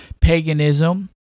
paganism